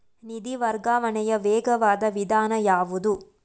ನಿಧಿ ವರ್ಗಾವಣೆಯ ವೇಗವಾದ ವಿಧಾನ ಯಾವುದು?